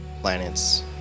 planets